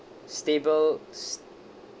stable